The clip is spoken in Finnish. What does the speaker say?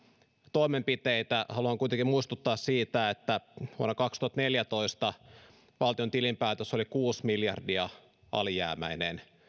toimenpiteitä haluan kuitenkin muistuttaa siitä että vuonna kaksituhattaneljätoista valtion tilinpäätös oli kuusi miljardia alijäämäinen